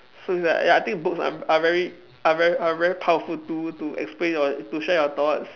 so it's like ya I think books are are very are very are very powerful to to explain your to share your thoughts